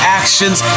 actions